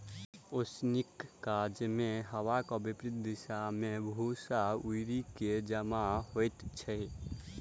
ओसौनीक काजमे हवाक विपरित दिशा मे भूस्सा उड़ि क जमा होइत छै